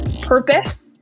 purpose